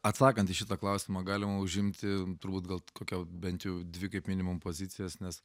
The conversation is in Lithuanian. atsakant į šitą klausimą galima užimti turbūt gal kokią bent jau dvi kaip minimum pozicijas nes